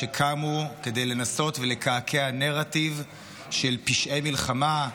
שקמו כדי לנסות ולקעקע נרטיב של פשעי מלחמה,